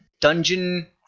dungeon